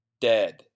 dead